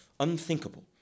unthinkable